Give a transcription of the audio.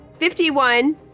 51